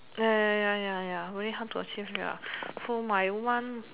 ya ya ya ya ya very hard to achieve ya for my one